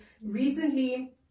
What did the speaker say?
recently